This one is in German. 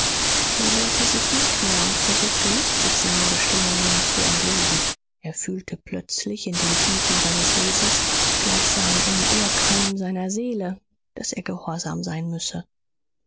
er wehrte sich nicht mehr und versuchte nicht sich seinen bestimmungen zu entwinden er fühlte plötzlich in den tiefen seines wesens gleichsam im urkeim seiner seele daß er gehorsam sein müsse